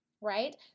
right